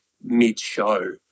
mid-show